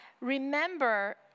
Remember